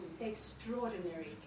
extraordinary